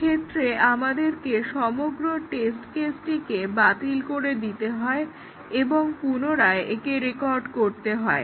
এক্ষেত্রে আমাদেরকে সমগ্র টেস্ট কেসটিকে বাতিল করে দিতে হয় এবং পুনরায় একে রেকর্ড করতে হয়